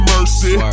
Mercy